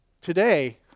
Today